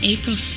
April